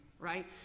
right